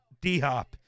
D-Hop